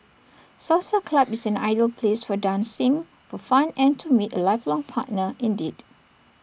salsa club is an ideal place for dancing for fun and to meet A lifelong partner indeed